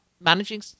managing